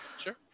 Sure